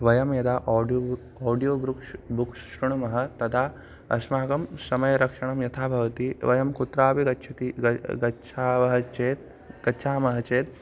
वयं यदा audio audio book books शृणुमः तदा अस्माकं समयरक्षणं यथा भवति वयं कुत्रापि गच्छति गच्छावः चेत् गच्छामः चेत्